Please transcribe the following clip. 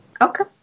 Okay